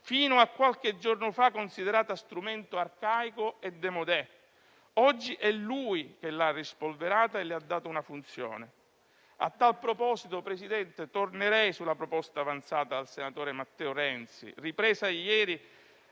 fino a qualche giorno fa considerata strumento arcaico e *démodé*. Oggi è Putin che l'ha rispolverata e le ha dato una funzione. A tal proposito, signor Presidente, tornerei sulla proposta avanzata dal senatore Matteo Renzi, ripresa ieri